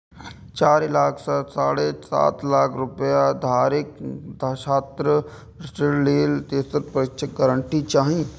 चारि लाख सं साढ़े सात लाख रुपैया धरिक छात्र ऋण लेल तेसर पक्षक गारंटी चाही